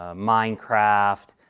ah minecraft.